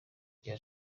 rya